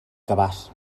cabàs